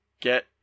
get